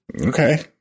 Okay